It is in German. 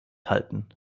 halten